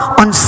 on